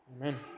Amen